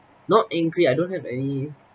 not angry I don't have any